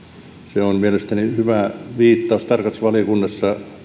se on mielestäni hyvä viittaus myöskin tarkastusvaliokunnassa